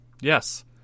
Yes